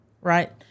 right